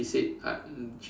she said like